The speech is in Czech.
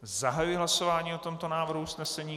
Zahajuji hlasování o tomto návrhu usnesení.